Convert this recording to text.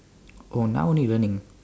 oh now you learning